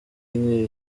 y’ibere